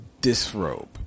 disrobe